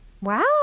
Wow